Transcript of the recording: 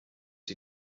die